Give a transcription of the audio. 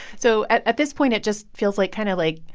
so, at at this point, it just feels like kind of like,